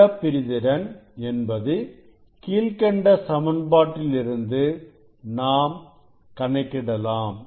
நிறப்பிரிதிறன் என்பது கீழ்க்கண்ட சமன்பாட்டில் இருந்து நாம் கணக்கிடலாம்